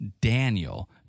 Daniel